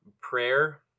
Prayer